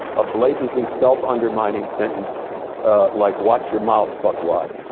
a blatantly self undermining sentence like, watch your mouth fuckwad.